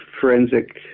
forensic